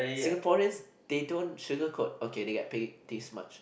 Singaporeans they don't sugarcoat okay they get paid this much